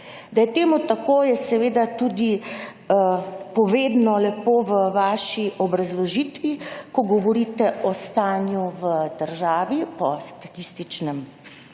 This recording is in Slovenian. Da je temu tako, je seveda tudi povedno lepo v vaši obrazložitvi, ko govorite o stanju v državi po Statističnem